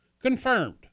Confirmed